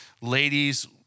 ladies